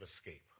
escape